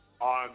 on